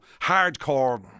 hardcore